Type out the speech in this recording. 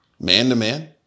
man-to-man